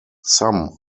some